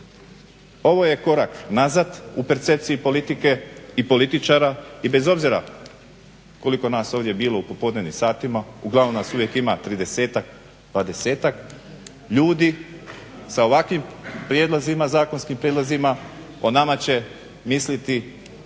Ovo je korak nazad u percepciji politike i političara i bez obzira koliko nas ovdje bilo u popodnevnim satima, uglavnom nas uvijek ima tridesetak, dvadesetak ljudi sa ovakvim prijedlozima, zakonskim prijedlozima o nama će misliti